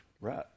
Right